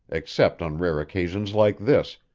except on rare occasions like this,